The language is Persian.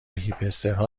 هیپسترها